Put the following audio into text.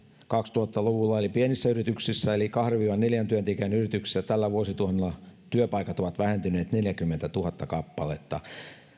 kaksituhatta luvulla eli pienissä yrityksissä eli kahden viiva neljän työntekijän yrityksissä tällä vuosituhannella työpaikat ovat vähentyneet neljäkymmentätuhatta kappaletta